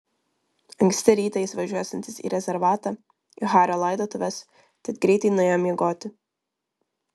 anksti rytą jis važiuosiantis į rezervatą į hario laidotuves tad greitai nuėjo miegoti